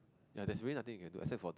ya there's way nothing you can do except for